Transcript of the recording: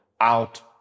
out